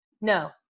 No